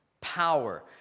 power